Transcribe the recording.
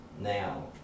now